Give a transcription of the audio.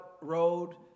road